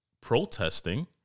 protesting